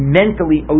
mentally